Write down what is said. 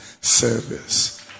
service